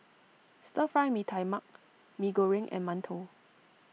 Stir Fry Mee Tai Mak Mee Goreng and Mantou